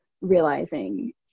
realizing